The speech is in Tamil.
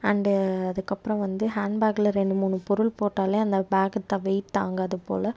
அண்டு அதுக்கப்புறோம் வந்து ஹேண்பேக்கில் ரெண்டு மூணு பொருள் போட்டாலே அந்த பேக்கத்தான் வெயிட் தாங்காதுப் போல்